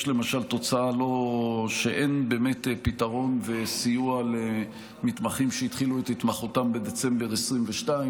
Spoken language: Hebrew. יש למשל תוצאה שאין באמת סיוע למתמחים שהתחילו את התמחותם בדצמבר 2022,